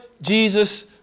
Jesus